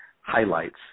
highlights